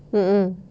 mm mm